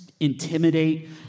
intimidate